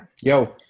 yo